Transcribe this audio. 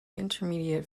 intermediate